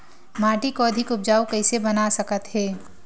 माटी को अधिक उपजाऊ कइसे बना सकत हे?